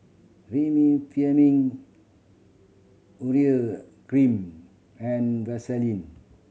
Remifemin Urea Cream and Vaselin